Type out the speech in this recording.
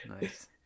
Nice